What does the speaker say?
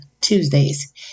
Tuesdays